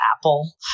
Apple